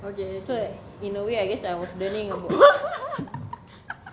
so like in a way I guess I was learning